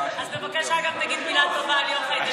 אז בבקשה תגיד מילה טובה גם על יוחאי דנינו.